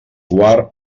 guard